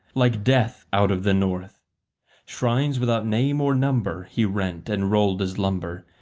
like death out of the north shrines without name or number he rent and rolled as lumber,